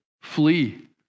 flee